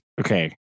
okay